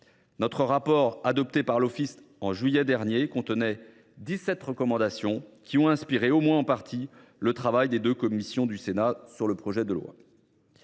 Notre rapport, adopté par l’Office en juillet dernier, contenait 17 recommandations, qui ont inspiré, au moins en partie, le travail des deux commissions du Sénat sur le projet de loi.